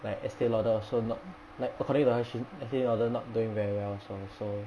like estee lauder also not like according to her she estee lauder not doing very well so